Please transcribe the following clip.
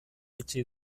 itxi